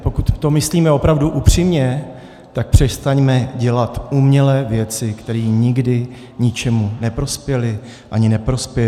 Pokud to myslíme opravdu upřímně, tak přestaňme dělat umělé věci, které nikdy ničemu neprospěly a ani neprospějí.